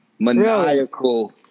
maniacal